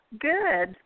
Good